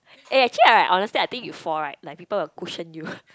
eh actually I honestly I think you fall right like people will cushion you